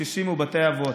קשישים ובתי אבות.